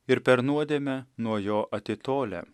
ir per nuodėmę nuo jo atitolę